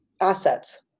assets